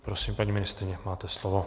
Prosím, paní ministryně, máte slovo.